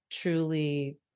truly